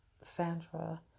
Sandra